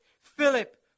Philip